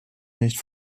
nicht